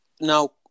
now